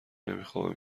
نمیخوابم